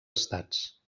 estats